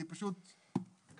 אני פשוט מכניס.